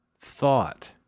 thought